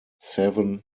seven